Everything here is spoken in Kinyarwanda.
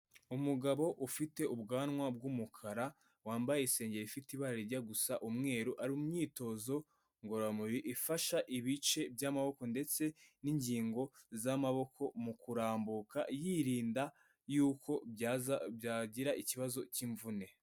Umugabo ufite ubwanwa bw'umukara wambaye isengeri ifite ibara rijya gusa umweru, ari mu myitozo ngororamubiri ifasha ibice by'amaboko ndetse n'ingingo z'amaboko mu kurambuka yirinda y'uko byagira ikibazo cy'imvune.